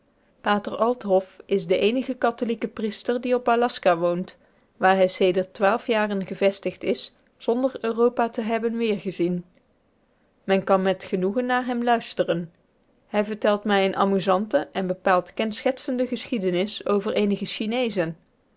pater althoff is de eenige katholieke priester die op aljaska woont waar hij sedert twaalf jaren gevestigd is zonder europa te hebben weergezien men kan met genoegen naar hem luisteren hij vertelt mij eene amusante en bepaald kenschetsende geschiedenis over eenige chineezen